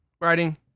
writing